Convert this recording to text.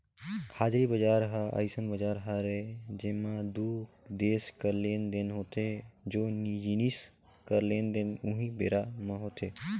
हाजिरी बजार ह अइसन बजार हरय जेंमा दू देस कर लेन देन होथे ओ जिनिस कर लेन देन उहीं बेरा म होथे